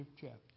chapter